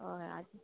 हय आतां